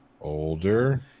Older